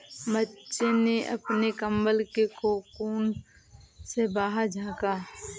बच्चे ने अपने कंबल के कोकून से बाहर झाँका